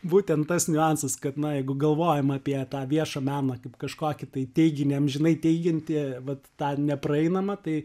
būtent tas niuansas kad na jeigu galvojama apie tą viešą namą kaip kažkokį tai teiginį amžinai teigiantį vat tą nepraeinamą tai